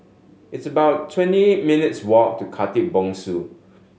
it's about twenty eight minutes' walk to Khatib Bongsu